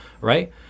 right